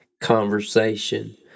conversation